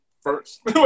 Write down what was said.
first